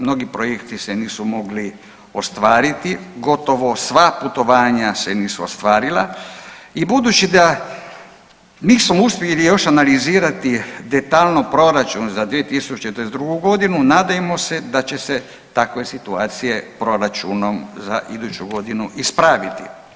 Mnogi projekti se nisu mogli ostvariti, gotovo sva putovanja se nisu ostvarila i budući da nismo uspjeli još analizirati detaljno proračun za 2022. godinu, nadajmo se da će se takve situacije proračunom za iduću godinu ispraviti.